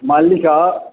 मल्लिका